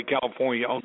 California